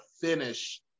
finish